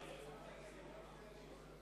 אדטו לסעיף 131 לא